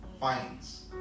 finds